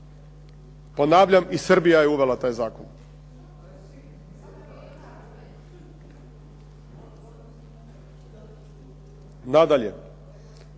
Ponavljam i Srbija je uvela taj zakon. Nadalje,